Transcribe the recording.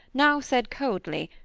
now said coldly,